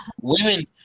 women